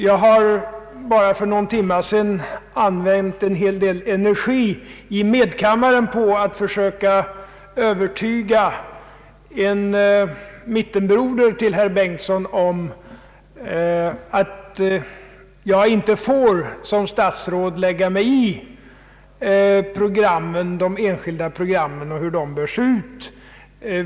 Jag har för bara någon timme sedan använt en hel del energi i medkammaren på att försöka övertyga en mittenbroder till herr Bengtson om att jag som statsråd inte får lägga mig i de enskilda programmens utformning.